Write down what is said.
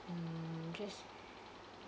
mm guess so